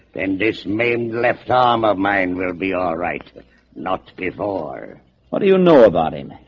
then this main left arm of mine will be all right not before what do you know about him?